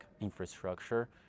infrastructure